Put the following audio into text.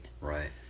Right